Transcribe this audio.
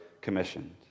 commissioned